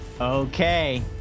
Okay